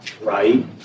right